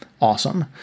Awesome